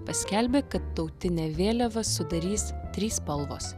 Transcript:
paskelbė kad tautinę vėliavą sudarys trys spalvos